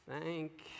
Thank